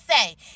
say